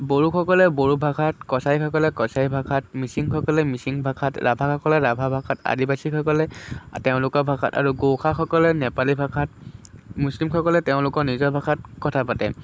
বড়োসকলে বড়ো ভাষাত কছাৰীসকলে কছাৰী ভাষাত মিচিং সকলে মিচিং ভাষাত ৰাভাসকলে ৰাভা ভাষাত আদিবাসীসকলে তেওঁলোকৰ ভাষাত আৰু গোৰ্খাসকলে নেপালী ভাষাত মুছলীমসকলে তেওঁলোকৰ নিজৰ ভাষাত কথা পাতে